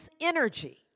energy